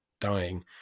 dying